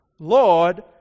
Lord